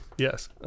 Yes